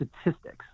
statistics